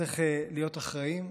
צריך להיות אחראים,